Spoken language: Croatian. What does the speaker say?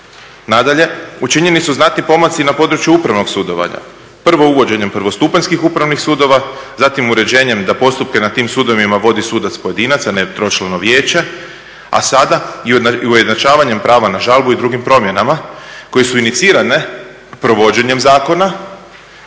Nadalje, učinjeni su znatni pomaci i na području upravnog sudovanja prvo uvođenjem prvostupanjskih Upravnih sudova, zatim uređenjem da postupke na tim sudovima vodi sudac pojedinac, a ne tročlano vijeće, a sada i ujednačavanjem prava na žalbu i drugim promjenama koji su inicirane provođenjem zakona